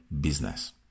business